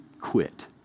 quit